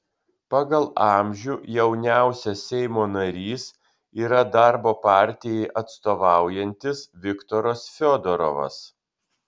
pagal amžių jauniausias seimo narys yra darbo partijai atstovaujantis viktoras fiodorovas